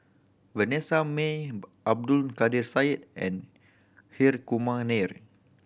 Vanessa Mae Abdul Kadir Syed and Hri Kumar Nair